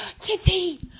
Kitty